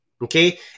Okay